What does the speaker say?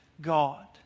God